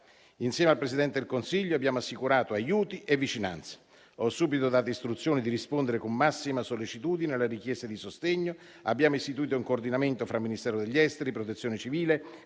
Insieme al Presidente del Consiglio abbiamo assicurato aiuti e vicinanza. Ho subito dato istruzione di rispondere con massima sollecitudine alla richiesta di sostegno. Abbiamo istituito un coordinamento tra Ministero degli affari esteri, Protezione civile,